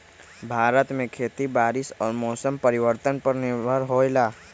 भारत में खेती बारिश और मौसम परिवर्तन पर निर्भर होयला